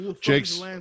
Jake's